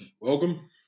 Welcome